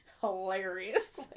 Hilarious